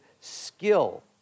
skill